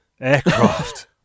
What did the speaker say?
aircraft